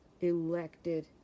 elected